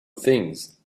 things